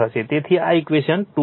તેથી આ ઇક્વેશન 2 છે